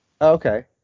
Okay